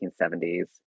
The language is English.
1970s